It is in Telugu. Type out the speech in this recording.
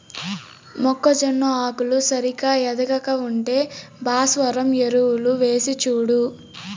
మొక్కజొన్న ఆకులు సరిగా ఎదగక ఉంటే భాస్వరం ఎరువులు వేసిచూడు